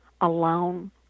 alone